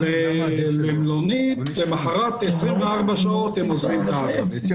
למלונית ואחרי 24 שעות, למחרת, הם עוזבים את הארץ.